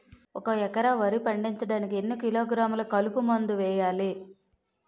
ఒక ఎకర వరి పండించటానికి ఎన్ని కిలోగ్రాములు కలుపు మందు వేయాలి?